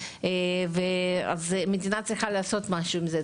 אז המדינה צריכה לעשות משהו עם זה.